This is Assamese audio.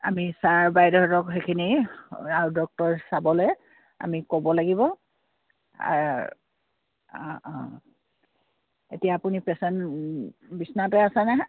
আমি ছাৰ বাইদেউঁতক সেইখিনি আৰু ডক্টৰ চাবলৈ আমি ক'ব লাগিব অঁ অঁ এতিয়া আপুনি পেচেণ্ট বিচনাতে আছে নে